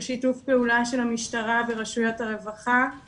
של שיתוף פעולה של המשטרה ורשויות הרווחה,